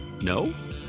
No